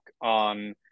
on